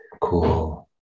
cool